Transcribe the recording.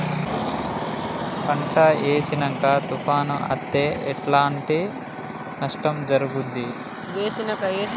పంట వేసినంక తుఫాను అత్తే ఎట్లాంటి నష్టం జరుగుద్ది?